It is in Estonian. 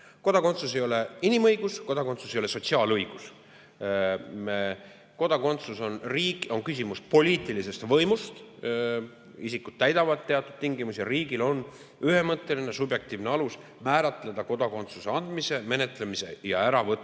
kodakondsus ei ole inimõigus, kodakondsus ei ole sotsiaalõigus. Kodakondsus on küsimus poliitilisest võimust. Isikud täidavad teatud tingimusi ning riigil on ühemõtteline subjektiivne alus määratleda kodakondsuse andmise, menetlemise ja äravõtmise